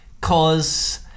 Cause